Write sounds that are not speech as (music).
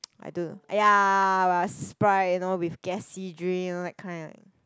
(noise) I do !aiya! but Sprite you know with gassy drink you know that kind like